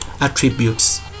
attributes